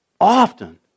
often